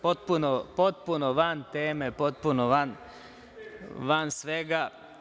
Potpuno van teme, potpuno van svega.